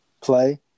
play